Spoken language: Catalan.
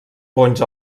bonys